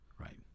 Right